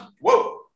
Whoa